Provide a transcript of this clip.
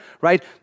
right